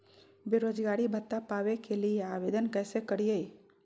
बेरोजगारी भत्ता पावे के लिए आवेदन कैसे करियय?